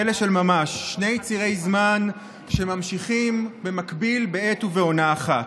פלא של ממש: שני צירי זמן שממשיכים במקביל בעת ובעונה אחת.